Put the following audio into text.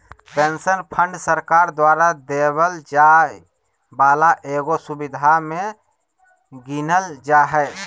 pension fund सरकार द्वारा देवल जाय वाला एगो सुविधा मे गीनल जा हय